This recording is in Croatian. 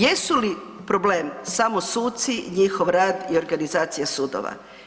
Jesu li problem samo suci i njihov rad i organizacija sudova?